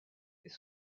est